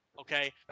okay